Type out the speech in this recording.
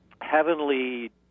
heavenly